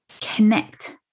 connect